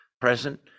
present